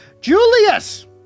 julius